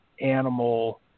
animal